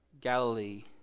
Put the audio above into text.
Galilee